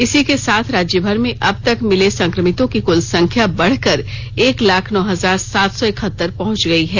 इसी के साथ राज्यभर में अब तक मिले संक्रमितों की कुल संख्या बढ़कर एक लाख नौ हजार सात सौ इकहतर पहुंच गई है